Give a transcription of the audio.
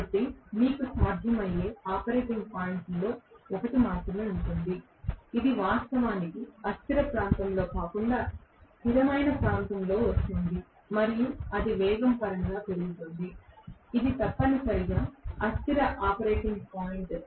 కాబట్టి మీకు సాధ్యమయ్యే ఆపరేటింగ్ పాయింట్లలో ఒకటి మాత్రమే ఉంటుంది ఇది వాస్తవానికి అస్థిర ప్రాంతంలో కాకుండా స్థిరమైన ప్రాంతంలో వస్తోంది మరియు అది వేగం పరంగా పెరుగుతోంది ఇది తప్పనిసరిగా అస్థిర ఆపరేటింగ్ పాయింట్